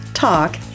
talk